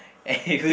anyway